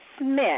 Smith